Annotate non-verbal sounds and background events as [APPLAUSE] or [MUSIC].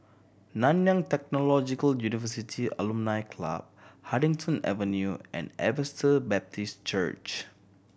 Nanyang Technological University Alumni Club Huddington Avenue and [UNINTELLIGIBLE] Baptist Church